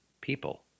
people